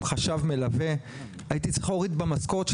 חשב מלווה הייתי צריך להוריד במשכורת,